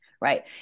right